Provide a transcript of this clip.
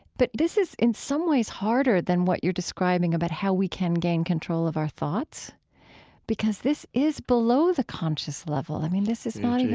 but this is in some ways harder than what you're describing about how we can gain control of our thoughts because this is below the conscious level. i mean, this is not even,